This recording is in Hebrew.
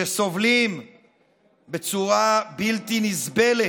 שסובלים בצורה בלתי נסבלת,